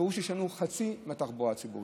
הפירוש הוא שיש לנו חצי מהתחבורה הציבורית